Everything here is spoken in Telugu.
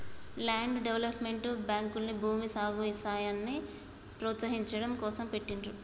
ల్యాండ్ డెవలప్మెంట్ బ్యేంకుల్ని భూమి, ఎగుసాయాన్ని ప్రోత్సహించడం కోసం పెట్టిండ్రు